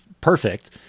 perfect